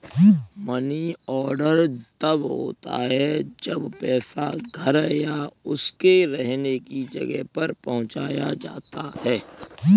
money order तब होता है जब पैसा घर या उसके रहने की जगह पर पहुंचाया जाता है